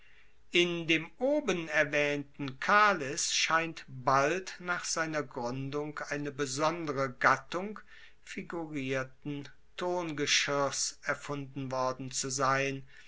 in dem oben erwaehnten cales scheint bald nach seiner gruendung eine besondere gattung figurierten tongeschirrs erfunden worden zu sein